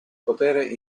potere